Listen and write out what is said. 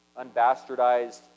unbastardized